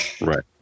Right